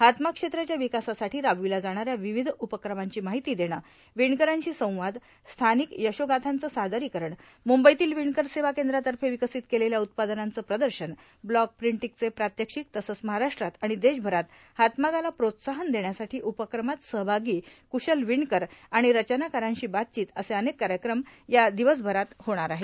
हातमाग क्षेत्राच्या विकासासाठी राबविल्या जाणाऱ्या विविध उपक्रमांची माहिती देणं विणकरांशी संवाद स्थानिक यशोगाथांचे सादरीकरण म्रंबईतील विणकर सेवा केंद्रातर्फे विकसित केलेल्या उत्पादनांचं प्रदर्शन ब्लॉक प्रिंटींगचे प्रात्यक्षिक तसंच महाराष्ट्रात आणि देशभरात हातमागाला प्रोत्साहन देण्यासाठी उपक्रमात सहभागी क्शल विणकर आणि रचनाकारांशी बातचीत असे अनेक कार्यक्रम या दिवसभरात होणार आहेत